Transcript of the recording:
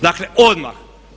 Dakle, odmah.